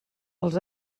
els